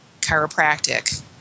chiropractic